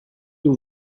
two